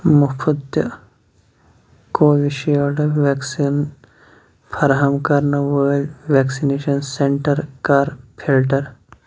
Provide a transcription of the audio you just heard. مُفت تہِ Covishield vaccine فراہَم کَرنہٕ وٲلۍ وٮ۪کسِنیشَن سٮ۪نٹَر کَر فِلٹَر